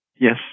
yes